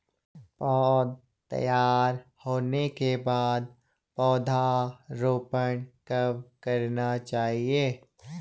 पौध तैयार होने के बाद पौधा रोपण कब करना चाहिए?